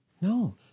No